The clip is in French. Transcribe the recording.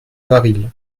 varilhes